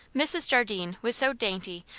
mrs. jardine was so dainty,